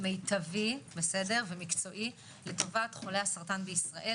מיטבי ומקצועי לטובת חולי הסרטן בישראל